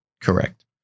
correct